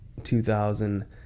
2000